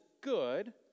good